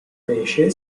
pesce